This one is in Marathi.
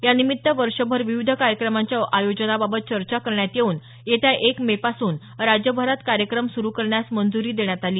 यानिमित्त वर्षभर विविध कार्यक्रमांच्या आयोजनाबाबत चर्चा करण्यात येऊन येत्या एक मेपासून राज्यभरात कार्यक्रम सुरु करण्यास मंजूरी देण्यात आली